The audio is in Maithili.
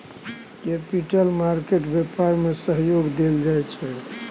कैपिटल मार्केट व्यापार में सहयोग देल जाइ छै